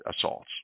assaults